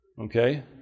okay